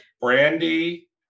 Brandy